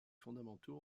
fondamentaux